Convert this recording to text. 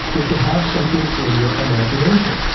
is to have something in your imagination.